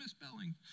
misspelling